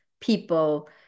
people